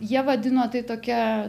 jie vadino tai tokia